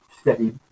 steady